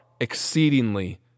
exceedingly